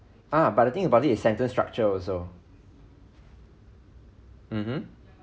ah but the thing about it is sentence structure also mmhmm